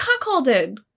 cuckolded